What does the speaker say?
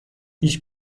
پیش